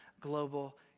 global